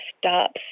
stops